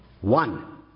One